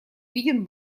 виден